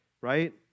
right